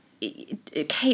Kate